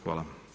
Hvala.